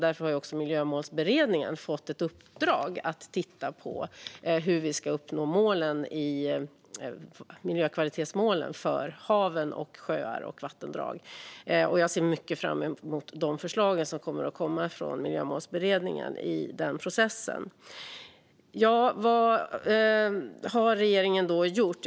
Därför har Miljömålsberedningen fått ett uppdrag att titta på hur vi ska uppnå miljökvalitetsmålen för hav, sjöar och vattendrag. Jag ser mycket fram emot de förslag som kommer att komma från Miljömålsberedningen i den processen. Vad har då regeringen gjort?